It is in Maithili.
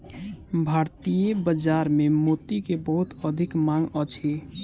भारतीय बाजार में मोती के बहुत अधिक मांग अछि